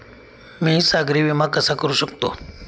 मी सागरी विमा कसा करू शकतो?